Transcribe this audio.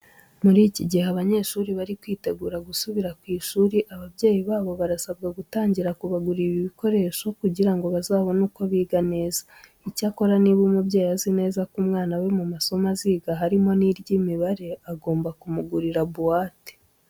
Muri iki gihe abanyeshuri bari kwitegura gusubira ku ishuri, ababyeyi babo barasabwa gutangira kubagurira ibikoresho kugira ngo bazabone uko biga neza. Icyakora niba umubyeyi azi neza ko umwana we mu masomo aziga harimo n'iry'imibare, agomba kumugurira buwate.